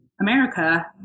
America